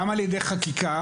על ידי חקיקה,